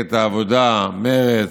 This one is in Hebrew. למפלגת העבודה, למרצ,